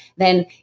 then,